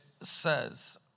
says